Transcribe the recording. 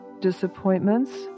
disappointments